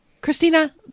Christina